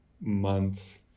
month